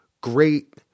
great